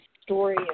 story